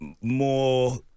more